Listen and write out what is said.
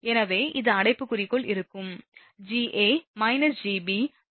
எனவே அது அடைப்புக்குறிக்குள் இருக்கும் Ga Gb Ga Gc